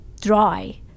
dry